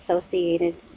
associated